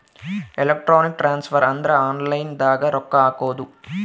electronic transfer ಅಂದ್ರ online ದಾಗ ರೊಕ್ಕ ಹಾಕೋದು